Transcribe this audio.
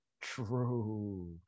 True